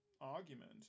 argument